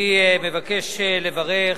אני מבקש לברך